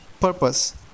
purpose